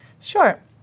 Sure